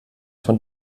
von